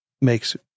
makes